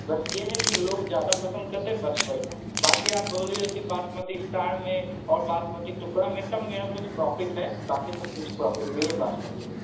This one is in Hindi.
बस ये है कि लोग ज़्यादा पसंद करते बस वही बाकी आप बोली होती बासमती इस्टार में और बासमती टुकड़ा में तब मेरा कुछ प्रॉफ़िट है बाकी सब कुछ प्रॉफ़िट नहीं है बासमती में